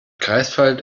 greifswald